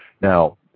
Now